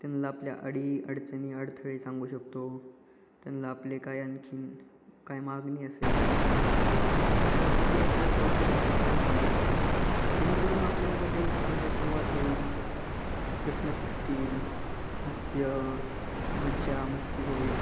त्यांना आपल्या अडीअडचणी अडथळे सांगू शकतो त्यांना आपले काय आणखी काय मागणी असेल ते सांगू शकतो किंवा कुठला काही प्रॉब्लेम असेल तेही सांगू शकतो जेणेकरून आपल्यांमध्ये चांगला संवाद होईल प्रश्न सुटतील हास्य मजामस्ती होईल